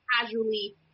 casually